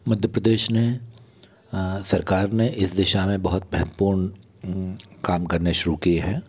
मध्यप्रदेश ने सरकार ने इस दिशा मे बहुत महत्वपूर्ण काम करने शुरू किए है